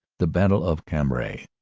the battle of cambrai,